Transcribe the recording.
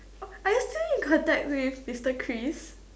oh I yesterday in contact with mister Kris